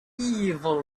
evil